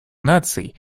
наций